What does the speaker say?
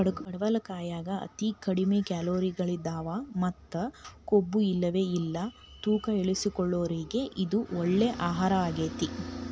ಪಡವಲಕಾಯಾಗ ಅತಿ ಕಡಿಮಿ ಕ್ಯಾಲೋರಿಗಳದಾವ ಮತ್ತ ಕೊಬ್ಬುಇಲ್ಲವೇ ಇಲ್ಲ ತೂಕ ಇಳಿಸಿಕೊಳ್ಳೋರಿಗೆ ಇದು ಒಳ್ಳೆ ಆಹಾರಗೇತಿ